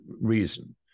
reason